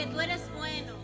and list wind